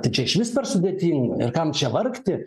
tai čia išvis per sudėtinga ir kam čia vargti